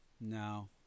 No